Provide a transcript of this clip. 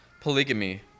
polygamy